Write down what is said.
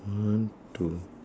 one two